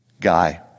Guy